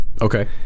Okay